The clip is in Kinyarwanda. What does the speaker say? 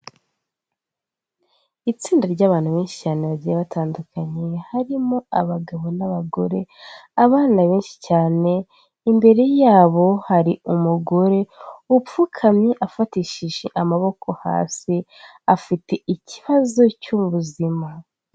Itsinda ry'abantu benshi cyane bagiye batandukanye, harimo abagabo n'abagore, abana benshi cyane, imbere yabo hari umugore upfukamye afatishije amaboko hasi afite ikibazo cy'ubuzima.